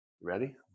Ready